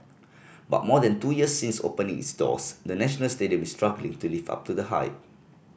but more than two years since opening its doors the National Stadium is struggling to live up to the hype